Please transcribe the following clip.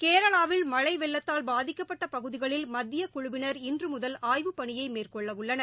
கேரளாவில் மழை வெள்ளத்தால் பாதிக்கப்பட்ட பகுதிகளில் மத்திய குழுவினா் இன்று முதல் ஆய்வுப் பணியை மேற்கொள்ள உள்ளனர்